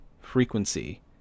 frequency